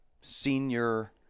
senior